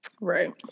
Right